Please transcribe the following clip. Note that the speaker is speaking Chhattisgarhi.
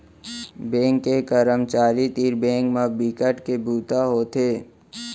बेंक के करमचारी तीर बेंक म बिकट के बूता होथे